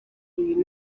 uyu